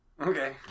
Okay